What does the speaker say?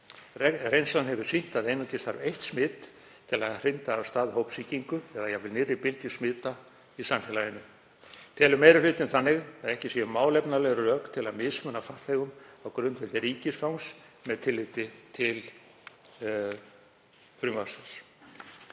Reynslan hefur sýnt að einungis þarf eitt smit til að hrinda af stað hópsýkingu eða jafnvel nýrri bylgju smita í samfélaginu. Telur meiri hlutinn þannig að ekki séu málefnaleg rök til að mismuna farþegum á grundvelli ríkisfangs með tilliti til frumvarpsins.“